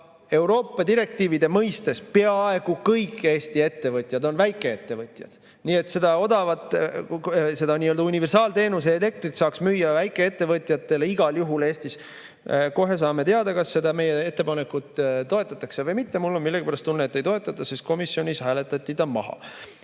Euroopa direktiivide mõistes peaaegu kõik Eesti ettevõtjad on väikeettevõtjad. Nii et seda odavat, seda nii-öelda universaalteenuse elektrit saaks müüa väikeettevõtjatele igal juhul Eestis. Kohe saame teada, kas seda meie ettepanekut toetatakse või mitte. Mul on millegipärast tunne, et ei toetata, sest komisjonis hääletati see